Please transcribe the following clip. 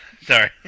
Sorry